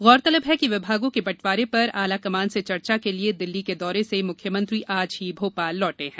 गौरतलब है कि विभागों के बंटवारे पर आलाकमान से चर्चा के लिए दिल्ली के दौरे से मुख्यमंत्री आज ही भोपाल लौटे हैं